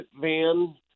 van